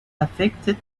affected